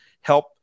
help